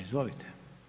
Izvolite.